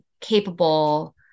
capable